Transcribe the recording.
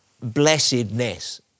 blessedness